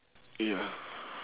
ya